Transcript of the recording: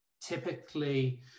typically